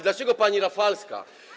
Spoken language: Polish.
Dlaczego pani Rafalska.